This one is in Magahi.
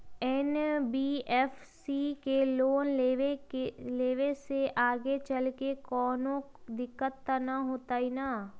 एन.बी.एफ.सी से लोन लेबे से आगेचलके कौनो दिक्कत त न होतई न?